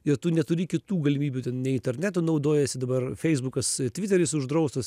ir tu neturi kitų galimybių ten nei internetu naudojiesi dabar feisbukas tviteris uždraustas